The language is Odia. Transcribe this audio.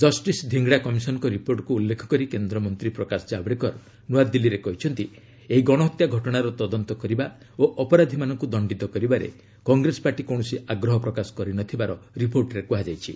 ଜଷ୍ଟିସ ଧୂଙ୍ଗଡ଼ା କମିଶନଙ୍କ ରିପୋର୍ଟକୁ ଉଲ୍ଲେଖ କରି କେନ୍ଦ୍ର ମନ୍ତ୍ରୀ ପ୍ରକାଶ ଜାବଡେକର ନ୍ତଆଦିଲ୍ଲୀରେ କହିଛନ୍ତି ଏହି ଗଣହତ୍ୟା ଘଟଣାର ତଦନ୍ତ କରିବା ଓ ଅପରାଧିମାନଙ୍କୁ ଦଣ୍ଡିତ କରିବାରେ କଂଗ୍ରେସ ପାର୍ଟି କୌଣସି ଆଗ୍ରହ ପ୍ରକାଶ କରିନଥିବାର ରିପୋର୍ଟରେ କୁହାଯାଇଛି